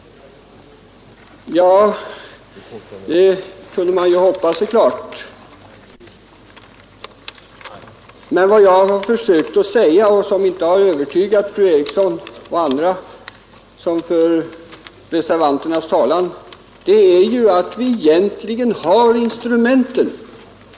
Ja, det kunde man naturligtvis hoppas, men vad jag har försökt säga och som inte har övertygat fru Eriksson och andra som för reservanternas talan är ju att vi egentligen har instrumenten.